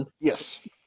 Yes